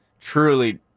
truly